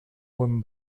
buen